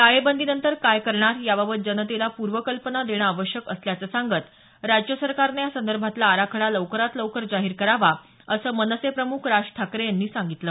टाळेबंदीनंतर काय करणार याबाबत जनतेला पूर्वकल्पना देणं आवश्यक असल्याचं सांगत राज्य सरकारनं या संदर्भातला आराखडा लवकरात लवकर जाहीर करावा असं मनसे प्रम्ख राज ठाकरे यांनी सांगितलं